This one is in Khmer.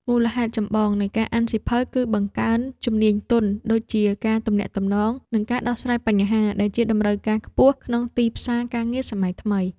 មូលហេតុចម្បងនៃការអានសៀវភៅ គឺបង្កើនជំនាញទន់ ដូចជាការទំនាក់ទំនង និងការដោះស្រាយបញ្ហា ដែលជាតម្រូវការខ្ពស់ក្នុងទីផ្សារការងារសម័យថ្មី។